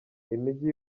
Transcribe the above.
imijyi